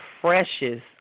freshest